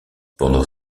pendant